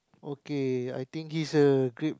okay I think he's a great